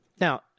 Now